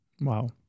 Wow